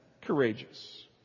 courageous